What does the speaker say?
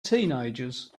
teenagers